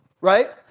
Right